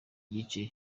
gice